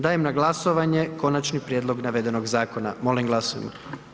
Dajem na glasovanje Konačni prijedlog navedenog zakona, molim glasujmo.